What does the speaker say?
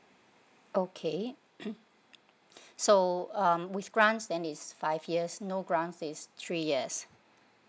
okay so um with grants then is five years no grant is three years